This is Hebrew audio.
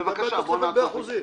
לגבי התוספת באחוזים.